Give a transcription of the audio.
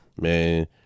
man